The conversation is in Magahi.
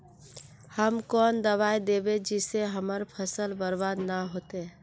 हम कौन दबाइ दैबे जिससे हमर फसल बर्बाद न होते?